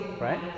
right